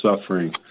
suffering